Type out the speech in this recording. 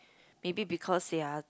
maybe because they are